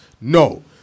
No